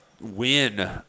win